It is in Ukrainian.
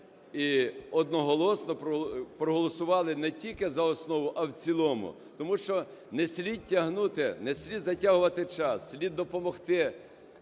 і одноголосно проголосували не тільки за основу, а в цілому. Тому що не слід тягнути, не слід затягувати час, слід допомогти